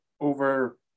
over